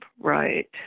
right